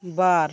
ᱵᱟᱨ